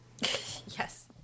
Yes